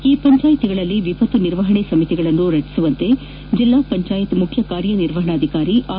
ಈ ಪಂಚಾಯಿತಿಗಳಲ್ಲಿ ವಿಪತ್ತು ನಿರ್ವಾಹಣಾ ಸಮಿತಿಗಳನ್ನು ರಚಿಸುವಂತೆ ಜಿಲ್ಲಾ ಪಂಚಾಯತ್ ಮುಖ್ಯ ಕಾರ್ಯಾನಿರ್ವಹಣಾಧಿಕಾರಿ ಆರ್